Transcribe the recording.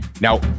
Now